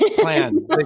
plan